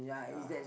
ya